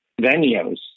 venues